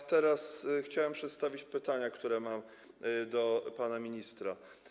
A teraz chciałem przedstawić pytania, które mam do pana ministra.